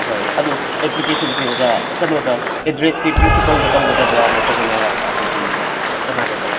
ꯑꯍꯣꯏ ꯑꯗꯨ ꯑꯦꯄ꯭ꯂꯤꯀꯦꯁꯟꯁꯦ ꯑꯣꯖꯥ ꯀꯩꯅꯣꯗ ꯑꯦꯗ꯭ꯔꯦꯁꯇꯤ ꯄ꯭ꯔꯤꯟꯁꯤꯄꯜꯗ ꯇꯧꯒꯗꯕ꯭ꯔꯥ ꯅꯠꯇ꯭ꯔꯒꯅ ꯑꯩꯈꯣꯏꯒꯤ ꯀꯅꯥꯗ ꯇꯧ